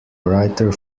brighter